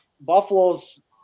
Buffalo's